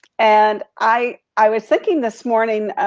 and i i was checking this morning